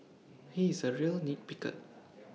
he is A real nit picker